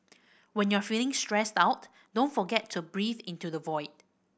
when you are feeling stressed out don't forget to breathe into the void